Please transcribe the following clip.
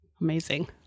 Amazing